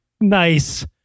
Nice